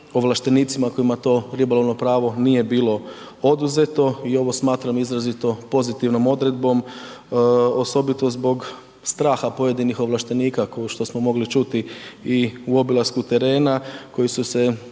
ovlaštenicima kojima to ribolovno pravo nije bilo oduzeto i ovo smatram izrazito pozitivnom odredbom, osobito zbog straha pojedinih ovlaštenika, kao što smo mogli čuti i u obilasku terena koji su se,